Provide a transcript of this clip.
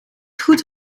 goed